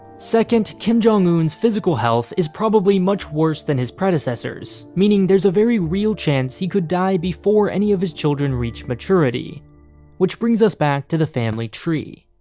second, kim jong-un's physical health is probably much worse than his predecessors, meaning there's a very real chance he could die before any of his children reach maturity which brings us back to the family tree.